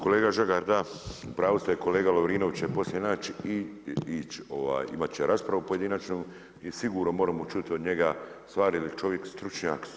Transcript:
Kolega Žagar da, u pravu ste, kolega Lovrinović će poslije nas ići, imat će raspravu pojedinačnu i sigurno moramo čuti od njega stvari jer je čovjek stručnjak.